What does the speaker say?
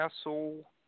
Castle